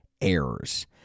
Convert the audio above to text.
errors